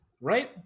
right